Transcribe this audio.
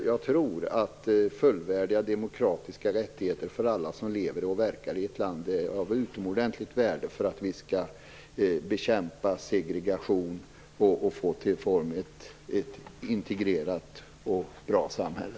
Jag tror att fullvärdiga demokratiska rättigheter för alla som lever och verkar i ett land är av utomordentligt värde för att vi skall kunna bekämpa segregation och få till stånd ett integrerat och bra samhälle.